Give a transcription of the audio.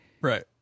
Right